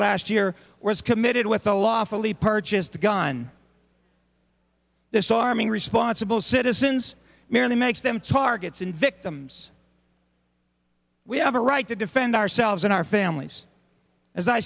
last year or is committed with a lawfully purchased a gun this arming responsible citizens merely makes them targets in victims we have a right to defend ourselves and our families as i